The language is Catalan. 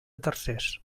tercers